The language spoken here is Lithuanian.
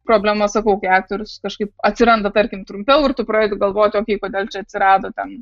problema sakau kai aktorius kažkaip atsiranda tarkim trumpiau ir tu pradedi galvoti o kaip kodėl čia atsirado ten